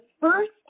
first